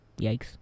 Yikes